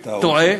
הוא טועה,